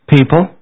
People